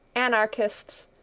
anarchists,